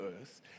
earth